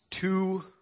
two